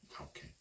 Okay